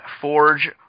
Forge